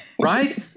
Right